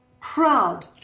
proud